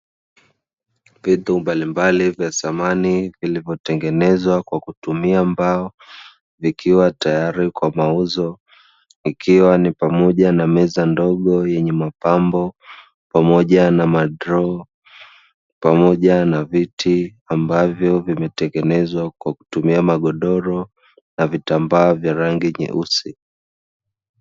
Vitu mbalimbali vya samani vilivyotengenezwa kwa kutumia mbao vikiwa tayari kwa mauzo ikiwa ni pamoja na meza ndogo yenye mapambo, pamoja na madroo pamoja na viti ambavyo vimetengenezwa kwa kutumia magodoro na vitambaa vya rangi nyeusi.